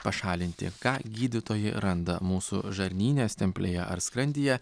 pašalinti ką gydytojai randa mūsų žarnyne stemplėje ar skrandyje